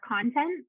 content